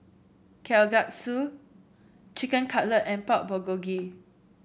Kalguksu Chicken Cutlet and Pork Bulgogi